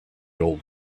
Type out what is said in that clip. old